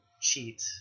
cheat